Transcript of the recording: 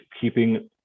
keeping